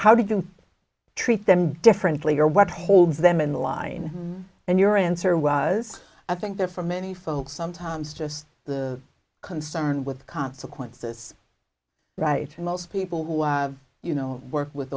how do you treat them differently or what holds them in line and your answer was i think that for many folks sometimes just the concern with consequences right most people you know work with